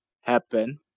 happen